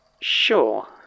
Sure